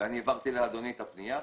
אני העברתי לאדוני את הפנייה,